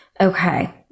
Okay